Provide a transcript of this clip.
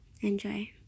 Enjoy